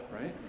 right